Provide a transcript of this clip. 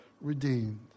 redeemed